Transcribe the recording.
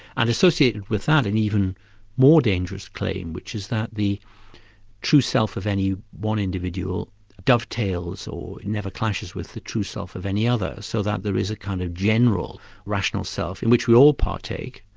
and associated with that an even more dangerous claim, which is that the true self of any one individual dovetails, or never clashes with the true self of any other, so that there is a kind of general rational self in which we all partake.